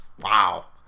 Wow